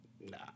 Nah